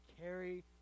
carry